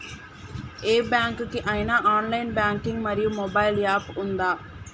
ఏ bank కి ఐనా online banking మరియు మొబైల్ యాప్ ఉందా?